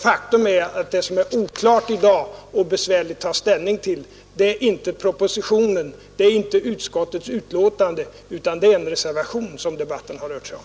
Faktum är att det som är oklart i dag och besvärligt att ta ställning till är inte propositionen och inte utskottets betänkande, utan det är en reservation som debatten har rört sig om.